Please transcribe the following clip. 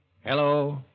hello